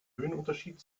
höhenunterschied